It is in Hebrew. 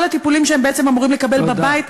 כל הטיפולים שהם בעצם אמורים לקבל בבית,